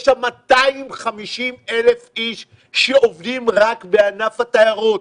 יש 250,000 איש שעובדים רק בענף התיירות,